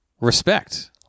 Respect